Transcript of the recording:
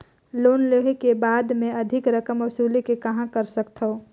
Loan लेहे के बाद मे अधिक रकम वसूले के कहां कर सकथव?